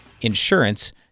insurance